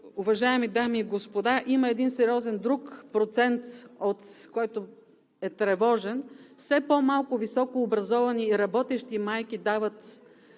Уважаеми дами и господа, има един друг сериозен процент, който е тревожен – все по-малко високообразовани работещи майки дават